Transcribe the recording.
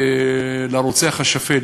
למשפחת הרוצח השפל